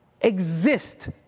exist